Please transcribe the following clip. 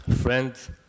friends